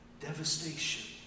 devastation